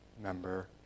member